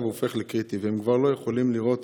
הופך לקריטי והם כבר לא יכולים לראות